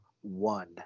one